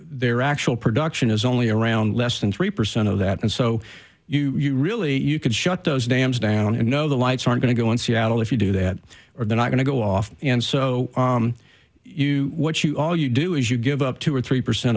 their actual production is only around less than three percent of that and so you really you could shut those dams down and know the lights are going to go in seattle if you do that or they're not going to go off and so you what you all you do is you give up two or three percent